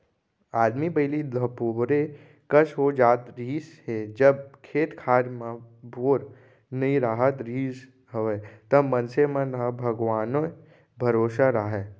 आदमी पहिली धपोरे कस हो जात रहिस हे जब खेत खार म बोर नइ राहत रिहिस हवय त मनसे मन ह भगवाने भरोसा राहय